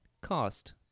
cost